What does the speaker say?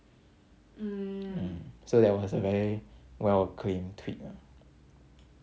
mm so that was a very well claimed tweet ah